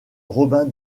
robin